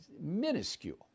minuscule